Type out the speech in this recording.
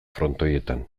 frontoietan